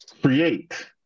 create